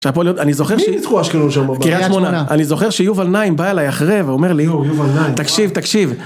אני זוכר שיובל נעים בא אליי אחרי ואומר לי, תקשיב תקשיב